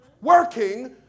working